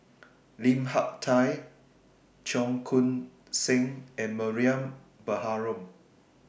Lim Hak Tai Cheong Koon Seng and Mariam Baharom